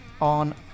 on